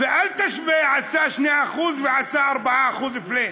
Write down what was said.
ואל תשווה עשה 2% ועשה 4% flat.